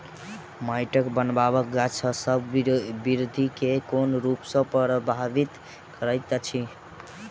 माइटक बनाबट गाछसबक बिरधि केँ कोन रूप सँ परभाबित करइत अछि?